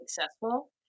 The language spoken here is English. successful